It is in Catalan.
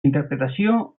interpretació